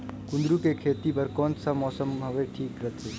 कुंदूरु के खेती बर कौन सा मौसम हवे ठीक रथे?